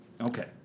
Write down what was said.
Okay